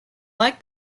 like